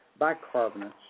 bicarbonates